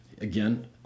again